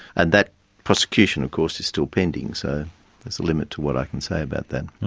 and that prosecution of course is still pending, so there's a limit to what i can say about that.